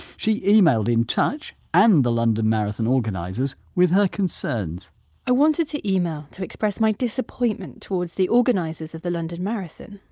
she emailed in touch and the london marathon organisers with her concerns i wanted to email to express my disappointment towards the organisers of the london marathon.